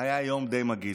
שהיה יום די מגעיל.